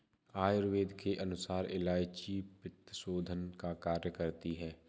आयुर्वेद के अनुसार इलायची पित्तशोधन का कार्य करती है